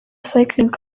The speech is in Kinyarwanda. cycling